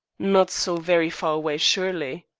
not so very far away, surely.